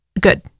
Good